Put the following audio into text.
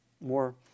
more